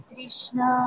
Krishna